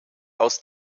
aus